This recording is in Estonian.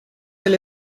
oli